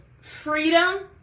freedom